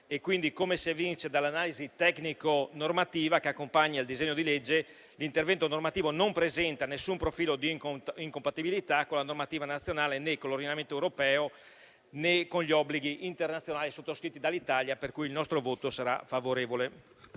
Quindi, come si evince dall'analisi tecnico-normativa che accompagna il disegno di legge, l'intervento normativo non presenta alcun profilo di incompatibilità con la normativa nazionale, né con l'ordinamento europeo, né con gli obblighi internazionali sottoscritti dall'Italia. Pertanto, il nostro voto sarà favorevole.